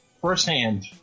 firsthand